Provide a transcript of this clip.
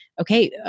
okay